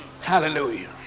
Hallelujah